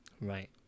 Right